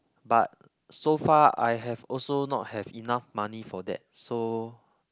but so far I have also not have enough money for that so